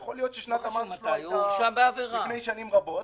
יכול להיות ששנת המס שלו היתה לפני שנים רבות,